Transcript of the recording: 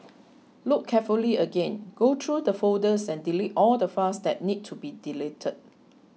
look carefully again go through the folders and delete all the files that need to be deleted